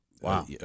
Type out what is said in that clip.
Wow